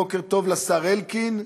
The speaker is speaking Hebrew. בוקר טוב לשר אלקין.